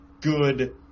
good